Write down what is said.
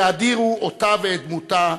יאדירו אותה ואת דמותה.